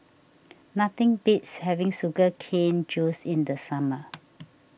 nothing beats having Sugar Cane Juice in the summer